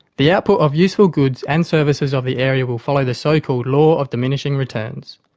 the output of useful goods and services of the area will follow the so called law of diminishing returns.